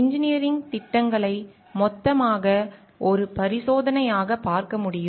engineering திட்டங்களை மொத்தமாக ஒரு பரிசோதனையாக பார்க்க முடியும்